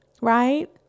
right